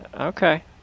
Okay